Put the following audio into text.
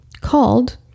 called